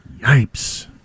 yipes